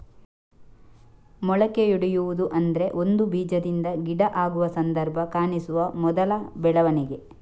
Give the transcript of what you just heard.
ಮೊಳಕೆಯೊಡೆಯುವುದು ಅಂದ್ರೆ ಒಂದು ಬೀಜದಿಂದ ಗಿಡ ಆಗುವ ಸಂದರ್ಭ ಕಾಣಿಸುವ ಮೊದಲ ಬೆಳವಣಿಗೆ